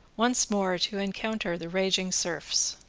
once more to encounter the raging surfs.